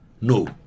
no